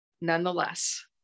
nonetheless